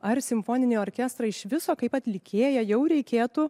ar simfoniniai orkestrai iš viso kaip atlikėją jau reikėtų